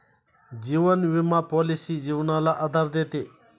जीवन विमा पॉलिसी जीवनाला आधार देते